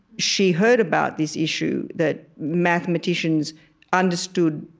she heard about this issue that mathematicians understood,